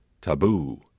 Taboo